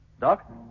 Doc